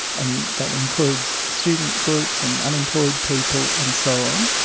and that includes student groups and unemployed people and so on.